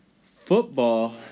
football